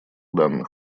данных